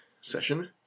session